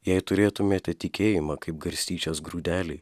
jei turėtumėte tikėjimą kaip garstyčios grūdelį